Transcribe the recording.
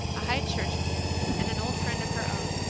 a high churchman and an old friend of her own.